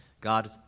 God